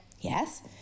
yes